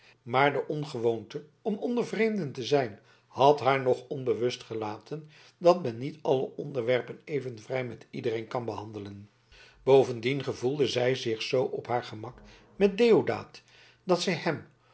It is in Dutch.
maar de ongewoonte om onder vreemden te zijn had haar nog onbewust gelaten dat men niet alle onderwerpen even vrij met iedereen kan behandelen bovendien gevoelde zij zich zoo op haar gemak met deodaat dat zij hem